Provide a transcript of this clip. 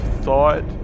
thought